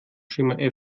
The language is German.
schema